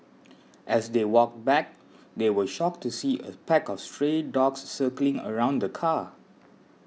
as they walked back they were shocked to see a pack of stray dogs circling around the car